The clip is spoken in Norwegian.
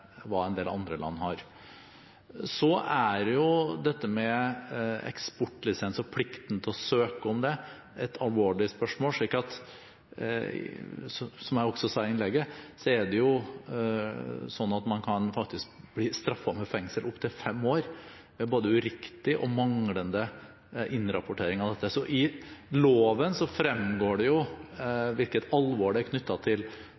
hva en del andre land har. Dette med eksportlisens og plikten til å søke om det er et alvorlig spørsmål. Som jeg også sa i innlegget, er det jo slik at man faktisk kan bli straffet med fengsel i opptil fem år ved både uriktig og manglende innrapportering av dette. I loven fremgår det hvilket alvor det er knyttet til